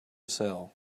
sell